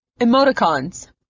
emoticons